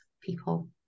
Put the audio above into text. people